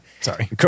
Sorry